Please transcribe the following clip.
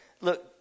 look